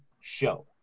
show